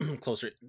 closer